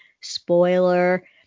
spoiler